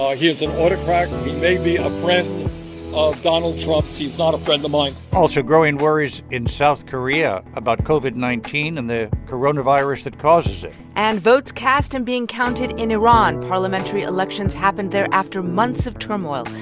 ah he is an autocrat. he may be a friend of donald trump. he's not a friend of mine also, growing worries in south korea about covid nineteen and the coronavirus that causes it and votes cast and being counted in iran parliamentary elections happened there after months of turmoil.